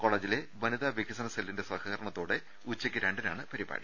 കോളേജിലെ വനിതാ വികസന സെല്ലിന്റെ സഹകരണത്തോടെ ഉച്ചയ്ക്ക് രണ്ടിനാണ് പരിപാടി